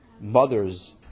Mothers